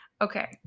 Okay